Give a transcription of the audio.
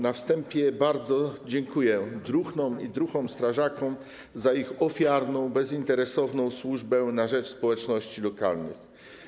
Na wstępie bardzo dziękuję druhnom i druhom strażakom za ich ofiarną, bezinteresowną służbę na rzecz społeczności lokalnych.